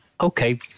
Okay